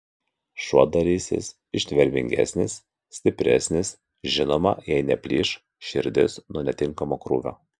šuo darysis ištvermingesnis stipresnis žinoma jei neplyš širdis nuo netinkamo krūvio